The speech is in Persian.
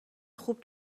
خوب